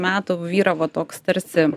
metų vyravo toks tarsi